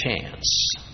chance